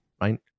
right